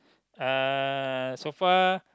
uh so far